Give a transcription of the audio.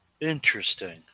Interesting